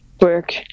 work